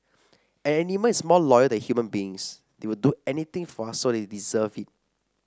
an animal is more loyal than human beings they will do anything for us so they deserve it